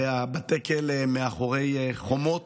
הרי בתי הכלא הם מאחורי חומות,